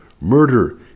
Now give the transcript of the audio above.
murder